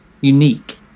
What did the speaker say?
unique